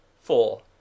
four